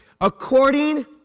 According